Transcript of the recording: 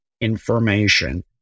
information